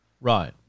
right